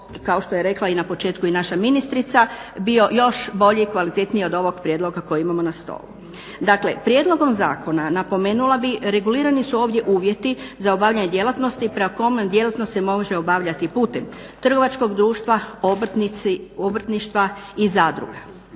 kao što je rekla i na početku naša ministrica bio još bolji, kvalitetniji od ovog prijedloga koji imamo na stolu. Dakle, prijedlogom zakona napomenula bih regulirani su ovdje uvjeti za obavljanje djelatnosti prema kome djelatnost se može obavljati putem trgovačkog društva, obrtnici, obrtništva i zadruga.